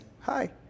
hi